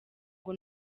ngo